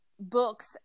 books